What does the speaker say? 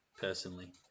personally